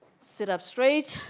set of strange